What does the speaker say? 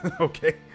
Okay